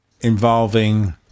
involving